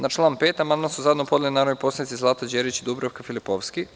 Na član 5. amandman su zajedno podneli narodni poslanici Zlata Đerić i Dubravka Filipovski.